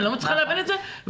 אני לא מצליחה להבין את זה,